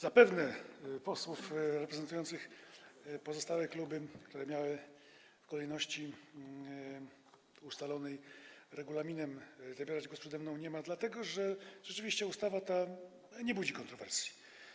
Zapewne posłów reprezentujących pozostałe kluby, którzy mieli w kolejności ustalonej regulaminem zabierać głos przede mną, nie ma, dlatego że rzeczywiście ustawa ta nie budzi kontrowersji.